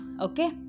Okay